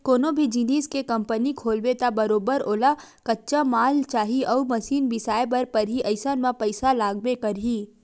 कोनो भी जिनिस के कंपनी खोलबे त बरोबर ओला कच्चा माल चाही अउ मसीन बिसाए बर परही अइसन म पइसा लागबे करही